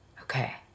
okay